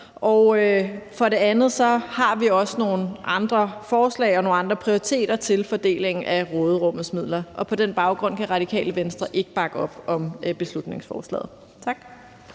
For det andet har vi også nogle andre forslag og prioriteter med hensyn til fordeling af råderummets midler. På den baggrund kan Radikale Venstre ikke bakke op om beslutningsforslaget. Tak.